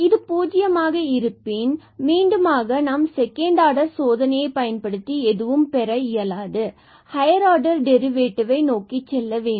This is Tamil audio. இது பூஜ்ஜியமாக இருப்பின் மீண்டுமாக நாம் செகண்ட் ஆர்டர் சோதனையை பயன்படுத்தி எதுவும் பெற இயலாது மற்றும் நாம் ஹையர் ஆர்டர் டெரிவேடிவ்வை நோக்கி செல்ல வேண்டும்